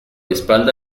espalda